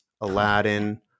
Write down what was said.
Aladdin